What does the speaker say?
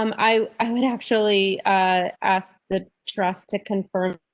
um i, i would actually ask the trust to confirm.